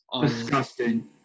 Disgusting